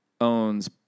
Owns